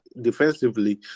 defensively